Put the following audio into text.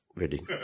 wedding